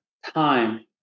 time